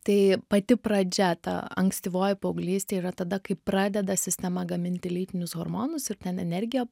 tai pati pradžia ta ankstyvoji paauglystė yra tada kai pradeda sistema gaminti lytinius hormonus ir ten energija